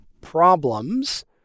problems